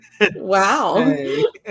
Wow